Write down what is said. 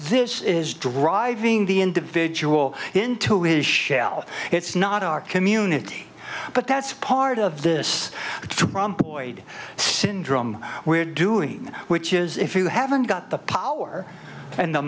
this is driving the individual into his shell it's not our community but that's part of this syndrome we're doing which is if you haven't got the power and the